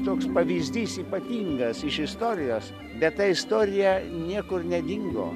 toks pavyzdys ypatingas iš istorijos bet ta istorija niekur nedingo